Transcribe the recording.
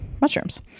mushrooms